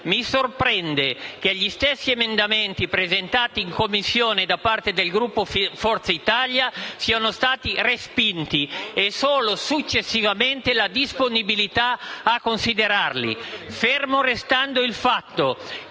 mi sorprende che gli stessi emendamenti presentati in Commissione da parte del Gruppo di Forza Italia siano stati respinti e che solo successivamente vi sia stata la disponibilità a considerarli. Fermo restando il fatto